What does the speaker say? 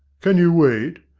can you wait?